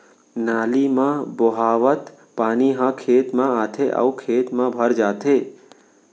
नाली म बोहावत पानी ह खेत म आथे अउ खेत म भर जाथे